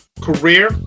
career